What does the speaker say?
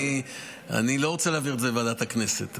אני לא רוצה להעביר את זה לוועדת הכנסת.